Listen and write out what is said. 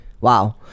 Wow